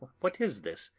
what is this?